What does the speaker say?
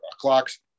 clocks